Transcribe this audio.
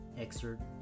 excerpt